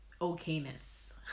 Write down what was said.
okayness